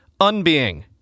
unbeing